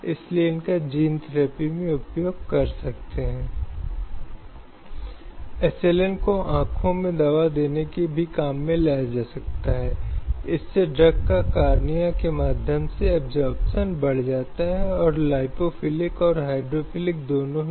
कई बार ये बच्चे माता पिता द्वारा उन्हें अदा किए जा रहे अच्छे पैसे की एक परत में दे दिए जाते हैं हालाँकि एक समय के बाद यह देखा जाता है कि कोई पैसा नहीं है जो इसमें शामिल है या बच्चे को घरों में घरेलू श्रम के रूप में काम करने के लिए रखा गया है उन्हें बिना कोई पैसा दिए